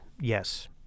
yes